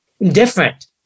different